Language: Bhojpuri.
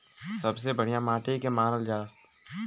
सबसे बढ़िया माटी के के मानल जा?